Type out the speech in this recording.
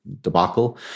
debacle